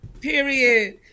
Period